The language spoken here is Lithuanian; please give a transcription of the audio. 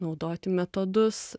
naudoti metodus